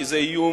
כי זה איום